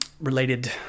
related